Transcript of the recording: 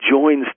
joins